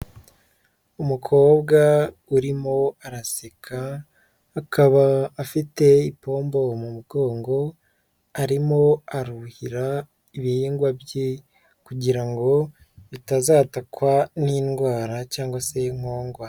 Umukobwa urimo araseka, akaba afite ipombo mu mugongo, arimo aruhira ibihingwa bye kugira ngo bitazatakwa n'indwara cyangwa se nkongwa.